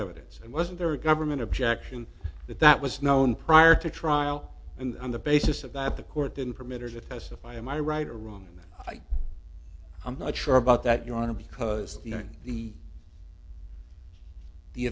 evidence and wasn't there a government objection that that was known prior to trial and on the basis of that the court didn't permit her to testify am i right or wrong i i'm not sure about that you want to because you know the the